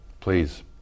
Please